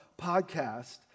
podcast